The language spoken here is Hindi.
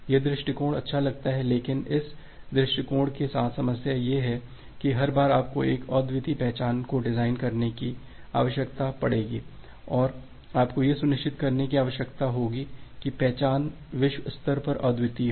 यह दृष्टिकोण अच्छा लगता है लेकिन इस दृष्टिकोण के साथ समस्या यह है कि हर बार आपको एक अद्वितीय पहचान को डिज़ाइन करने की आवश्यकता होती है और आपको यह सुनिश्चित करने की आवश्यकता होती है कि पहचान विश्व स्तर पर अद्वितीय है